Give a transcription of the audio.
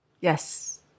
yes